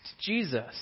Jesus